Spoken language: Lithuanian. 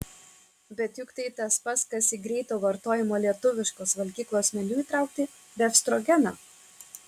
bet juk tai tas pats kas į greito vartojimo lietuviškos valgyklos meniu įtraukti befstrogeną